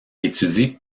étudie